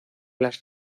las